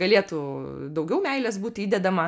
galėtų daugiau meilės būti įdedama